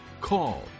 call